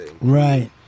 right